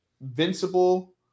Invincible